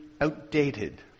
outdated